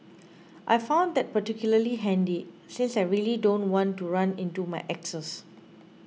I found that particularly handy since I really don't want to run into my exes